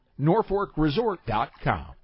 NorfolkResort.com